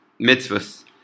mitzvahs